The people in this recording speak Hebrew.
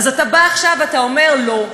אז אתה בא עכשיו ואומר: לא.